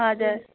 हजुर